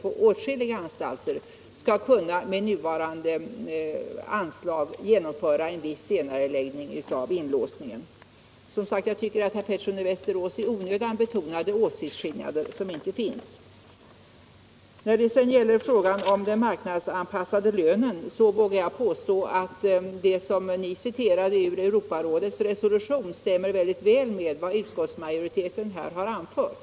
Personligen tror jag att detta är möjligt på åtskilliga anstalter. Och jag tycker som sagt att herr Pettersson i onödan betonade åsiktsskillnader som inte finns. Vad sedan gäller frågan om den marknadsanpassade lönen vågar jag påstå att vad herr Pettersson här citerade ur Europarådets resolution väl stämmer med vad utskottsmajoriten har anfört.